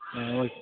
ம் ஓகே